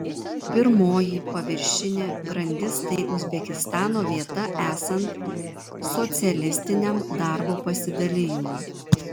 pirmoji paviršinė grandis tai uzbekistano vieta esant socialistiniam darbo pasidalijimui